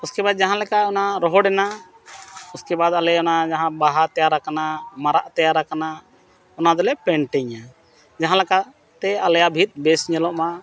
ᱤᱥᱠᱮᱵᱟᱫᱽ ᱡᱟᱦᱟᱸ ᱞᱮᱠᱟ ᱚᱱᱟ ᱨᱚᱦᱚᱲᱮᱱᱟ ᱤᱥᱠᱮᱵᱟᱫᱽ ᱟᱞᱮ ᱚᱱᱟ ᱡᱟᱦᱟᱸ ᱵᱟᱦᱟ ᱛᱮᱭᱟᱨ ᱟᱠᱟᱱᱟ ᱢᱟᱨᱟᱜ ᱛᱮᱭᱟᱨ ᱟᱠᱟᱱᱟ ᱚᱱᱟ ᱫᱚᱞᱮ ᱯᱮᱱᱴᱤᱝᱟ ᱡᱟᱦᱟᱸ ᱞᱮᱠᱟᱛᱮ ᱟᱞᱮᱭᱟᱜ ᱵᱷᱤᱛ ᱵᱮᱥ ᱧᱮᱞᱚᱜ ᱢᱟ